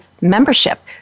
membership